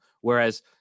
Whereas